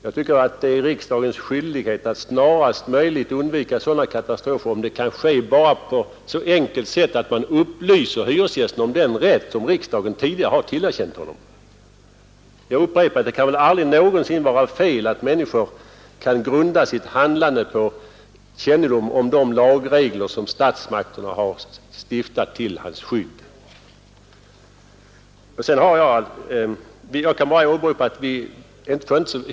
Jag tycker att det är riksdagens skyldighet att snarast möjligt förhindra sådana katastrofer, om det kan ske på ett så enkelt sätt som genom att man upplyser hyresgästen om den rätt som riksdagen tidigare har tillerkänt honom. Jag upprepar att det aldrig någonsin kan vara fel att människor kan grunda sitt handlande på kännedom om de lagregler som statsmakterna har stiftat till deras skydd.